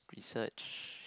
research